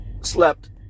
Slept